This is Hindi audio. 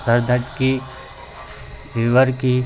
सर दर्द की फ़ीवर की